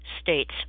states